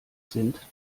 sind